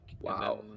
wow